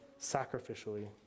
sacrificially